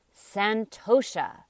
santosha